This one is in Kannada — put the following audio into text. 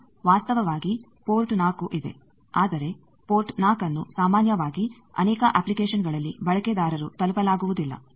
ಈಗ ವಾಸ್ತವವಾಗಿ ಪೋರ್ಟ್ 4 ಇದೆ ಆದರೆ ಪೋರ್ಟ್ 4ನ್ನು ಸಾಮಾನ್ಯವಾಗಿ ಅನೇಕ ಅಪ್ಲಿಕೇಷನ್ಗಳಲ್ಲಿ ಬಳಕೆದಾರರು ತಲುಪಲಾಗುವುದಿಲ್ಲ